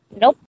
Nope